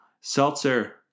seltzer